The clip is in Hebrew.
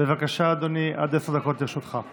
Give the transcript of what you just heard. בבקשה, אדוני, עד עשר דקות לרשותך.